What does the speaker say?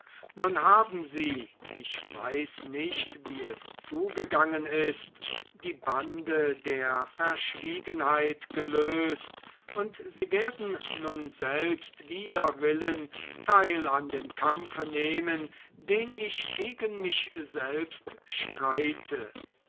nun haben sie ich weiß nicht wie es zugegangen ist die bande der verschwiegenheit gelöst und sie werden nun selbst wider willen teil an dem kampfe nehmen den ich gegen mich selbst streite